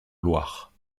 loire